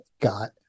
got